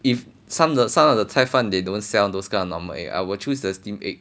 if some of the some of the 菜饭 they don't sell those kind of egg I will choose the steam egg